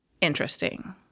interesting